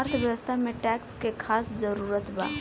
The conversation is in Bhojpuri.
अर्थव्यवस्था में टैक्स के खास जरूरत बा